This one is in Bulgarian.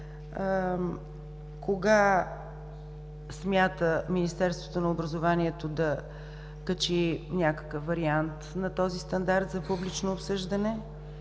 Кога смята Министерството на образованието да качи някакъв вариант на този стандарт за публично обсъждане